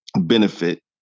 benefit